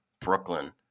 Brooklyn